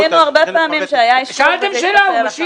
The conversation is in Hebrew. אז צריכים לתת את זה.